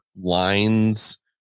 lines